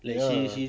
ya